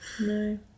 No